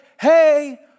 hey